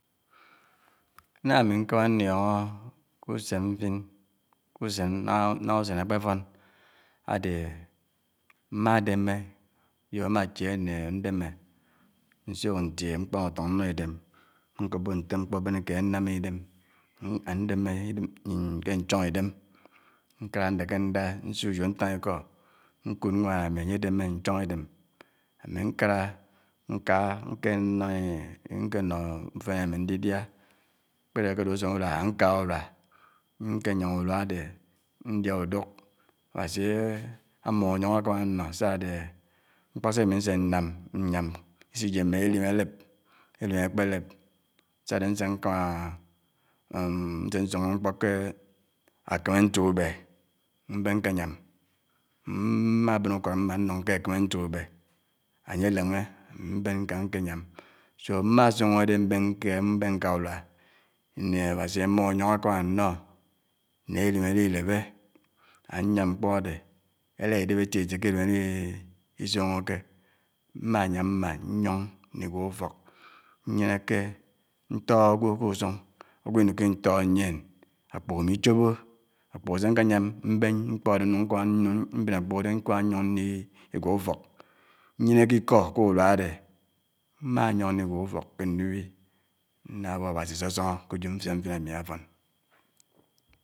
N'ámi mkámá ndiònhò usèn mfin usèn nà usèn ákpè fòn ádè mmà dèmmè éjò ámáchièlè nè ndèmmè nsuk ntiè nkpàng ntòng mò èdèm nkòkpò ntè mkpò bènèkèd ánám m'idèm ándèmmè kè nchòng idèm nkàrà ndèkè ndá nsuò uyò, ntáng ikó nkud nwàn ámi ányè ádèmmè nchòng idèm ámi nkárá nká nkè nkè no ufènè ámi ndidiá kpèdè ákèdè usèn uruá nkè nyàm uruá ádè, ndiá uduk ábási ámum ényòng ákámá ánnò sià ádè mkpò sè ámi nsè nnàm nyàm isíyèmmè nè èdim álèp édim ákpè lèp sè dé nsè nkámá nsé nsóngó mkò kè ákèmè ntukubè mbèn nkè nyàm mà bèn ukòd m mà nlóng kè ákèmè ntukubè ányè álèngè mbèn nká nkè nyàm so mmá siòngó dè mbèn nkè mbèn nká uruá nè ábási ámum ènyòng ákámá ánnò nèlim ádidèpè ányám mkpò ádè élà èlèp èti èti kè èlim ádisiòngòkè mmá nyàm mmá nyòng ndi gwó ufók nyènèkè ntòhò ágwò kè usung ágwó inukwu intó nyèn ákpògò ámi ichòbò ákpògò sé nkè nyàm mbèn mkpò ádè Nung nkámá Nung mbèn ákpògò ádè nkámá nyóng ndi gwó ufòk nyènèkè ikó k'uruá ádè mmayòng ndi gwó ufòk kè ndubi nnà bò ábási sòsòngò kè utòm mfin áfón